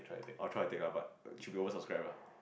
I will try to take ah but should be over subscribed lah